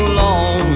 long